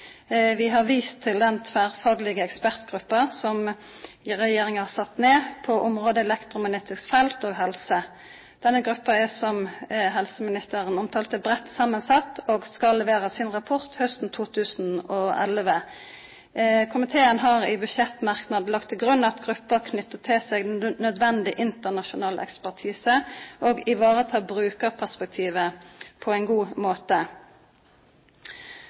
Vi har vist til den tverrfaglege ekspertgruppa som regjeringa har sett ned på området elektromagnetiske felt og helse. Denne gruppa er, som helseministeren omtala, breitt samansett, og skal levere sin rapport hausten 2011. Komiteen har i budsjettmerknaden lagt til grunn at gruppa knyter til seg nødvendig internasjonal ekspertise og tek vare på brukarperspektivet på ein god måte.